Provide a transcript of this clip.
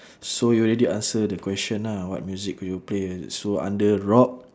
so you already answer the question ah what music could you play so under rock